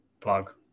Plug